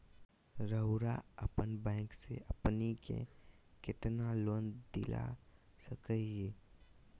रउरा अपन बैंक से हमनी के कितना लोन दिला सकही?